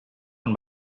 und